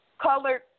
colored